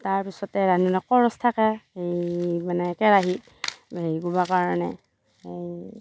তাৰ পিছতে ৰান্ধনীৰ কৰচ থাকা এই মানে কেৰাহী হেৰি কৰিবৰ কাৰণে এই